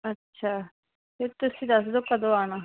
ਅੱਛਾ ਫਿਰ ਤੁਸੀਂ ਦੱਸ ਦਿਓ ਕਦੋਂ ਆਉਣਾ